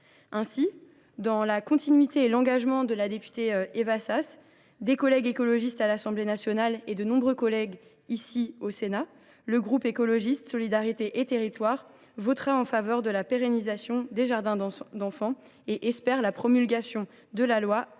Ainsi, dans la continuité de l’engagement de la députée Éva Sas et des collègues écologistes de l’Assemblée nationale et du Sénat, le groupe Écologiste – Solidarité et Territoires votera en faveur de la pérennisation des jardins d’enfants et espère la promulgation de ce texte avant